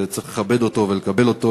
וצריך לכבד אותו ולקבל אותו.